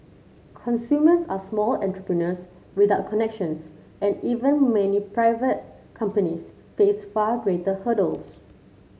consumers are small entrepreneurs without connections and even many private companies face far greater hurdles